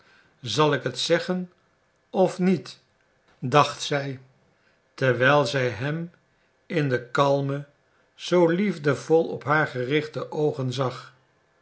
zal ik het zeggen of niet dacht zij terwijl zij hem in de kalme zoo liefdevol op haar gerichte oogen zag